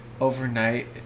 overnight